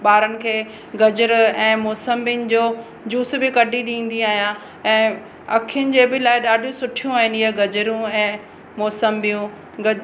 ॿारनि खे गजर ऐं मौसंबिनि जो जूस बि कढी ॾींदी आहियां ऐं अखियुनि जे बि लाइ ॾाढियूं सुठियूं आहिनि ये गजरूं ऐं मौसंबियूं